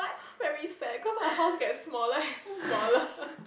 very sad cause my house get smaller and smaller